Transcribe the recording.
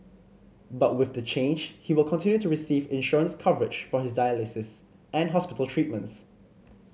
but with the change he will continue to receive insurance coverage for his dialysis and hospital treatments